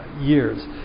years